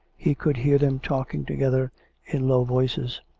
he could hear them talking together in low voices.